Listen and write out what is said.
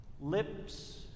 Lips